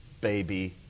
baby